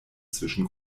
zwischen